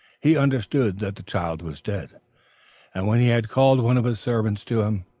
he understood that the child was dead and when he had called one of his servants to him,